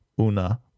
Una